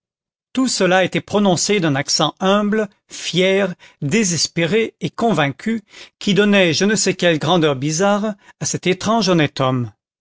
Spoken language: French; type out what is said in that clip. tout cela était prononcé d'un accent humble fier désespéré et convaincu qui donnait je ne sais quelle grandeur bizarre à cet étrange honnête homme